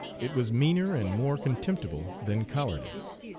it was meaner and more contemptible than cowardice.